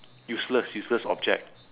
useless useless object